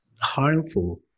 harmful